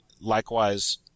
Likewise